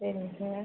சரிங்க சார்